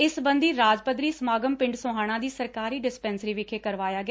ਇਸ ਸਬੰਧੀ ਰਾਜ ਪੱਧਰੀ ਸਮਾਗਮ ਪਿੰਡ ਸੋਹਾਣਾ ਦੀ ਸਰਕਾਰੀ ਡਿਸਪੈਂਸਰੀ ਵਿਖੇ ਕਰਵਾਇਆ ਗਿਆ